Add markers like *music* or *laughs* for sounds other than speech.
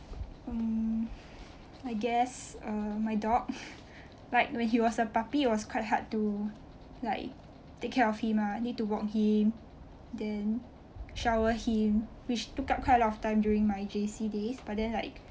mm I guess uh my dog *laughs* like when he was a puppy it was quite hard to like take care of him ah need to walk him then shower him which took up quite a lot of time during my J_C days but then like